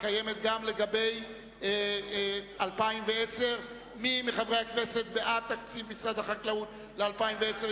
קיימת גם לגבי 2010. מי מחברי הכנסת בעד תקציב משרד החקלאות ל-2010?